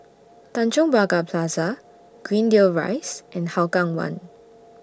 Tanjong Pagar Plaza Greendale Rise and Hougang one